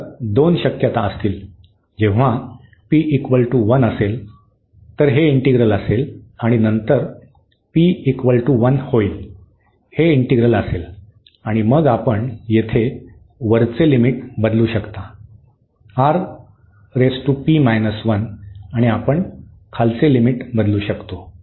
तर दोन शक्यता असतील जेव्हा p 1 असेल तर ते इंटिग्रल असेल आणि नंतर p 1 होईल हे इंटिग्रल असेल आणि मग आपण येथे वरचे लिमिट बदलू शकता R power p minus 1 आणि आपण खालचे लिमिट बदलू शकतो